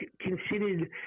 considered